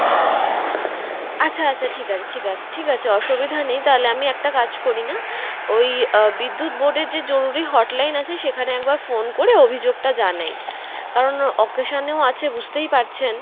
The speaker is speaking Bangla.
আচ্ছা আচ্ছা ঠিক আছে ঠিক আছে ঠিক আছে অসুবিধা নেই তালে আমি একটা কাজ করি না ওই বিদ্যুৎ বোর্ডের যে জরুরি হটলাইন আছে সেখানে একবার ফোন করে অভিযোগটা জানাই কারণ অকেশানেও আছে বুঝতেই পারছেন